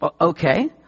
Okay